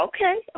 Okay